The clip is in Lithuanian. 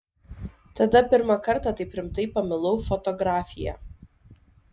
tada pirmą kartą taip rimtai pamilau fotografiją